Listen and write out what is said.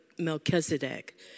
Melchizedek